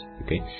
okay